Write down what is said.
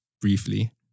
briefly